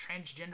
transgender